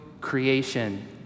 creation